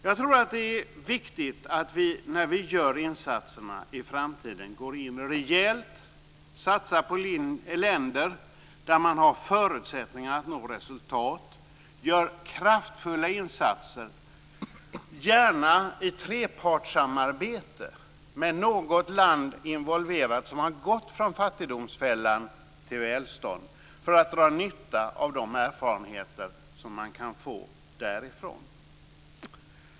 Jag tror att det är viktigt att vi när vi gör insatserna i framtiden går in och satsar rejält på länder där man har förutsättningar att nå resultat, gör kraftfulla insatser, gärna i trepartssamarbete, med något land involverat som har gått från fattigdomsfällan till välstånd, för att dra nytta av de erfarenheter som man kan få därifrån.